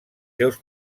seus